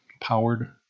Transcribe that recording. powered